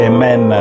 Amen